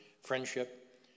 friendship